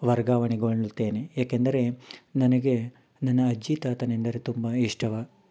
ವರ್ಗಾವಣೆಗೊಳ್ತೇನೆ ಏಕೆಂದರೆ ನನಗೆ ನನ್ನ ಅಜ್ಜಿ ತಾತನೆಂದರೆ ತುಂಬಾ ಇಷ್ಟವ